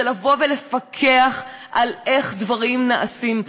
זה לפקח על איך דברים נעשים.